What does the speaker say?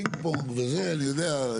פינג-פונג וזה אני יודע.